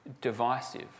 divisive